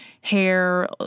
hair